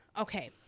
okay